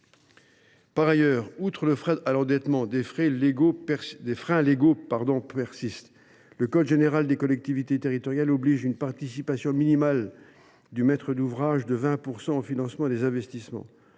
Par ailleurs, outre le frein à l’endettement, des obstacles légaux persistent. Le code général des collectivités territoriales impose une participation minimale du maître d’ouvrage de 20 % au financement des investissements.